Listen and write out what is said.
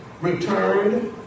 returned